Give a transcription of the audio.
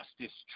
justice